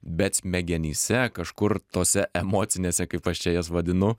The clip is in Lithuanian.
bet smegenyse kažkur tose emocinėse kaip aš čia jas vadinu